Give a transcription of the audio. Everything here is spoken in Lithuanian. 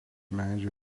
medžio